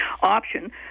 option